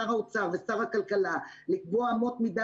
שר האוצר ושר הכלכלה לקבוע אמות מידה